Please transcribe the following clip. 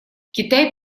китай